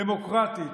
דמוקרטית,